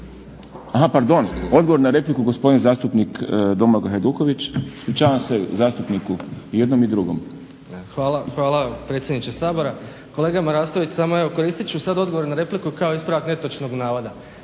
Pardon. Odgovor na repliku gospodin zastupnik Domagoj Hajduković. Ispričavam se zastupniku i jednom i drugom. **Hajduković, Domagoj (SDP)** Hvala predsjedniče Sabora. Kolega Marasović samo evo koristit ću sada odgovor na repliku kao ispravak netočnog navoda.